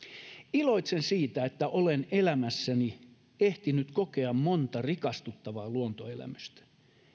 iloitsen siitä että olen elämässäni ehtinyt kokea monta rikastuttavaa luontoelämystä